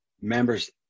members